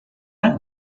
uns